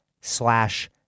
slash